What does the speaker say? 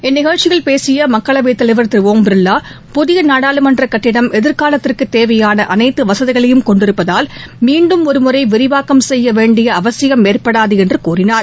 இந்நிகழ்ச்சியில் பேசிய மக்களவைத் தலைவர் திரு ஒம் பிர்வா புதிய நாடாளுமன்ற கட்டிடம் எதிர்காலத்திற்கு தேவையான அனைத்து வசதிகளையும் கொண்டிருப்பதால் மீண்டும் ஒருமுறை விரிவாக்கம் செய்ய வேண்டிய அவசியம் ஏற்படாது என்று கூறினார்